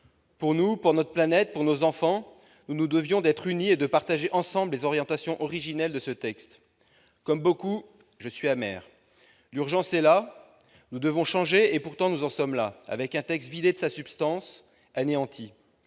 Pour nous, pour notre planète, pour nos enfants, nous nous devions d'être unis et de partager les orientations originelles de ce texte. Comme beaucoup, je suis amer. L'urgence est là, nous devons changer et, pourtant, voilà où nous en sommes : le texte est vidé de sa substance, anéanti.